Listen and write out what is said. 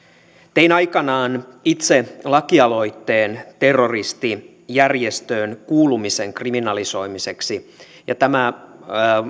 tein aikoinaan itse lakialoitteen terroristijärjestöön kuulumisen kriminalisoimiseksi ja tämä